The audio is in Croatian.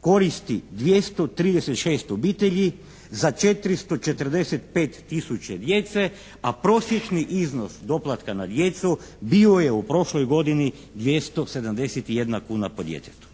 koristi 236 obitelji za 445 tisuća djece, a prosječni iznos doplatka na djecu bio je u prošloj godini 271 kuna po djetetu.